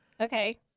Okay